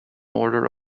order